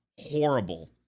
horrible